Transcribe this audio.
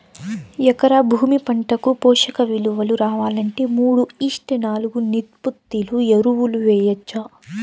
ఎకరా భూమి పంటకు పోషక విలువలు రావాలంటే మూడు ఈష్ట్ నాలుగు నిష్పత్తిలో ఎరువులు వేయచ్చా?